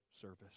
service